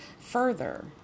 further